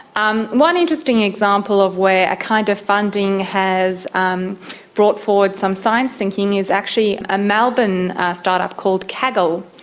um one interesting example of where a kind of funding has um brought forward some science thinking is actually a melbourne start-up called kaggle.